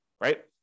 right